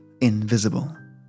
invisible